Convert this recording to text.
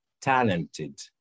Talented